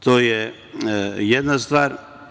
To je jedna stvar.